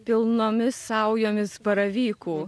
pilnomis saujomis baravykų